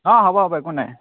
অঁ হ'ব হ'ব একো নাই